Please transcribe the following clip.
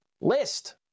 list